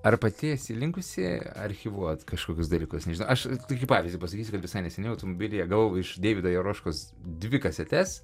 ar pati esi linkusi archyvuot kažkokius dalykus aš tokį pavyzdį pasakysiu kad visai neseniai automobilyje gavau iš deivido jaroškos dvi kasetes